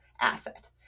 asset